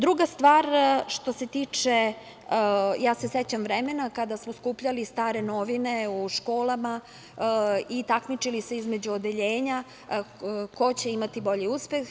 Druga stvar, ja se sećam vremena kada smo skupljali stare novine u školama i takmičili se između odeljenja ko će imati bolji uspeh.